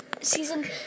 season